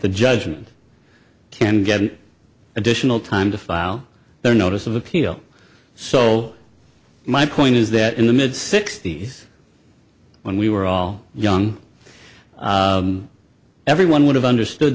the judgment can get an additional time to file their notice of appeal so my point is that in the mid sixty's when we were all young everyone would have understood